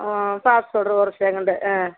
பார்த்து சொல்கிறேன் ஒரு செகண்டு ஆ